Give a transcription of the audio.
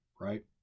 Right